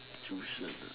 tuition ah